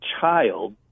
child